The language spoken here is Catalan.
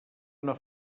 una